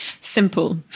simple